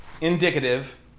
indicative